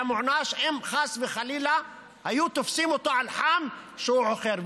מוענש אם חס וחלילה היו תופסים אותו על חם שהוא חוכר.